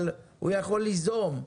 אבל הוא יכול ליזום,